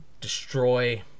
destroy